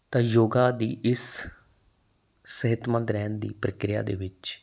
ਤਾਂ ਯੋਗਾ ਦੀ ਇਸ ਸਿਹਤਮੰਦ ਰਹਿਣ ਦੀ ਪ੍ਰਕਿਰਿਆ ਦੇ ਵਿੱਚ